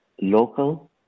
local